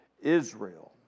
Israel